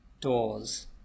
doors